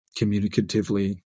communicatively